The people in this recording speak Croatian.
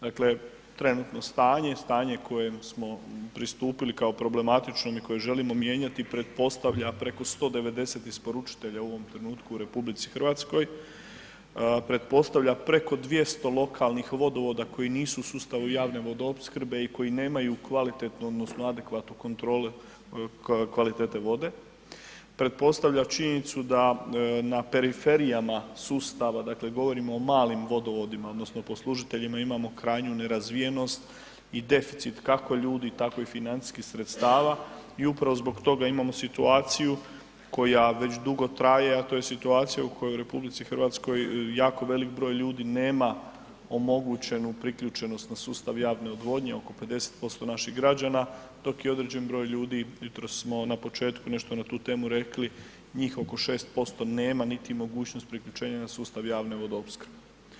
Dakle, trenutno stanje, stanje kojem smo pristupili kao problematičnom i koje želimo mijenjati pretpostavlja preko 190 isporučitelja u ovom trenutku u RH, pretpostavlja preko 200 lokalnih vodovoda koji nisu u sustavu javne vodoopskrbe i koji nemaju kvalitetnu odnosno adekvatnu kontrolu kvalitete vode, pretpostavlja činjenicu da na periferijama sustava, dakle govorimo o malim vodovodima odnosno poslužiteljima imamo krajnju nerazvijenost i deficit kako ljudi, tako i financijskih sredstava i upravo zbog toga imamo situaciju koja već dugo traje, a to je situacija u kojoj RH jako velik broj ljudi nema omogućenu priključenost na sustav javne odvodnje, oko 50% naših građana, dok je određen broj ljudi, jutros smo na početku nešto na tu temu rekli njih oko 6% nema niti mogućnost priključenja na sustav javne vodoopskrbe.